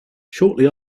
shortly